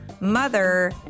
mother